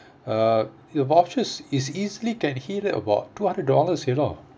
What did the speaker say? uh the vouchers is easily can hit it about two hundred dollars you know